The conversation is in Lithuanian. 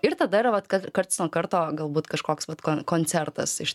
ir tada yra vat karts nuo karto galbūt kažkoks vat koncertas iš